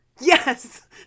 Yes